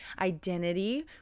identity